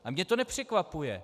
A mě to nepřekvapuje.